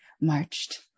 marched